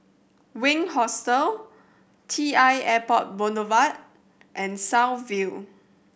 Wink Hostel T I Airport Boulevard and South View